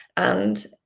and